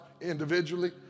individually